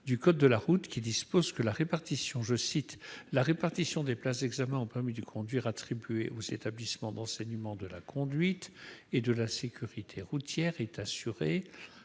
du code de la route, qui dispose que « la répartition des places d'examen au permis de conduire attribuées aux établissements d'enseignement de la conduite et de la sécurité routière est assurée